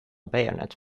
bayonet